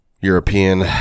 European